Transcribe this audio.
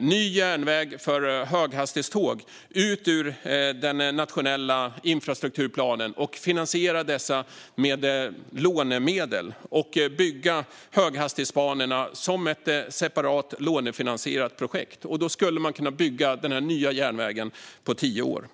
ny järnväg för höghastighetståg ur den nationella infrastrukturplanen och finansiera dem med lånemedel och bygga höghastighetsbanor som ett separat lånefinansierat projekt. Då skulle man bygga den nya järnvägen på tio år.